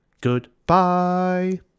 goodbye